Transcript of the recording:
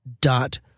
dot